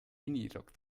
minirock